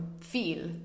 feel